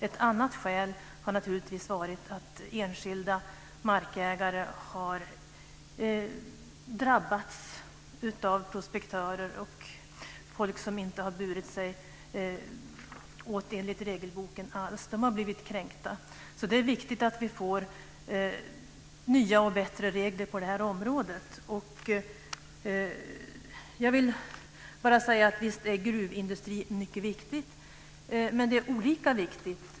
Ett annat skäl har naturligtvis varit att enskilda markägare har drabbats av prospektörer och folk som inte har burit sig åt enligt regelboken alls. De har blivit kränkta. Det är viktigt att vi får nya och bättre regler på det här området. Jag vill bara säga att visst är gruvindustrin mycket viktig. Men det är olika hur viktig den är.